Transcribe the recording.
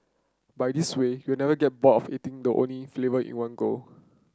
by this way you'll never get bored eating the only flavour in one go